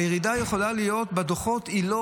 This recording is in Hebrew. הירידה יכולה להיות בדוחות והיא לא